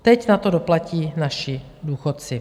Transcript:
Teď na to doplatí naši důchodci.